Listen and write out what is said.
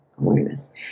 awareness